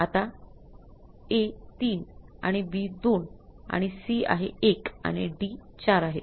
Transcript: आता A 3 आणि B 2 आणि C आहे 1 आणि D 4 आहे